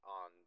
on